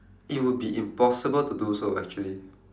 it will be impossible to do so actually